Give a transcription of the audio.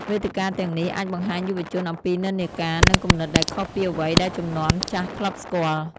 វេទិកាទាំងនេះអាចបង្ហាញយុវជនអំពីនិន្នាការ និងគំនិតដែលខុសពីអ្វីដែលជំនាន់ចាស់ធ្លាប់ស្គាល់។